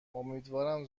امیدوارم